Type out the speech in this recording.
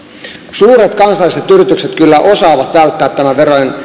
suuret kansainväliset yritykset kyllä osaavat välttää tämän verojen